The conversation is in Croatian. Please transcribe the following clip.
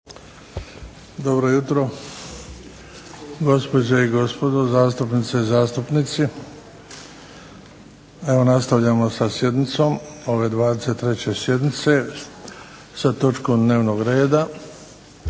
Dobro jutro gospođe i gospodo zastupnice i zastupnici! Evo nastavljamo sa sjednicom ove 23. sjednice sa točkom dnevnog reda